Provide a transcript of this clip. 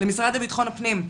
למשרד לביטחון הפנים: